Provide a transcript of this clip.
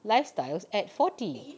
lifestyles at forty